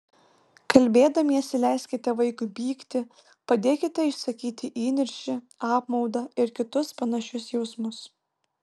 kalbėdamiesi leiskite vaikui pykti padėkite išsakyti įniršį apmaudą ir kitus panašius jausmus